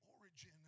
origin